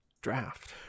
draft